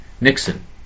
Nixon